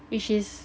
which is